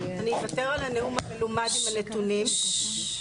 אני אוותר על הנאום המלומד עם הנתונים כי